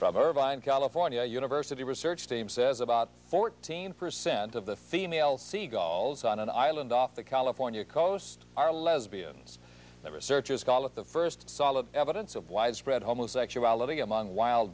california university research team says about fourteen percent of the female seagulls on an island off the california coast are lesbians the researchers call it the first solid evidence of widespread homosexuality among wild